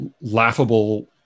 laughable